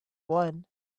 won